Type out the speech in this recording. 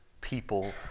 people